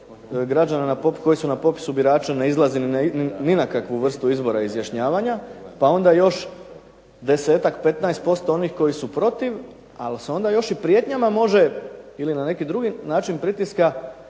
građana koji su na popisu birača ne izlazi ni na kakvu vrstu izbora izjašnjavanja pa onda još 10-ak, 15% onih koji su protiv, ali se onda još i prijetnjama može ili na neki drugi način pritiska